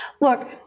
Look